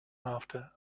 after